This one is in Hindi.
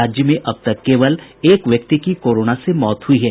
राज्य में अब तक केवल एक व्यक्ति की कोरोना से मौत हुई है